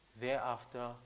Thereafter